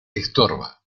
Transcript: estorba